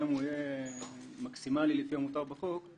גם אם הוא יהיה מקסימלי לפי המותר בחוק,